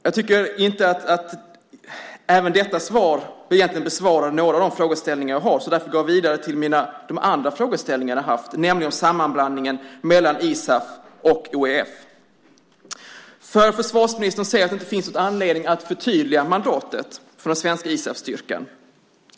Jag tycker inte heller att detta svar besvarar några av de frågeställningar jag har, så därför går jag vidare till de andra frågeställningar jag har haft, nämligen om sammanblandningen mellan ISAF och OEF. Försvarsministern säger att det inte finns någon anledning att förtydliga mandatet för den svenska ISAF-styrkan.